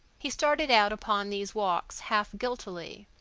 he started out upon these walks half guiltily,